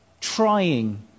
trying